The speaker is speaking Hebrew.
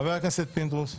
חבר הכנסת פינדרוס.